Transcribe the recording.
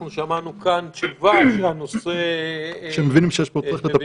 ושמענו כאן תשובה שהנושא --- שמבינים שיש פה צורך לטפל בזה.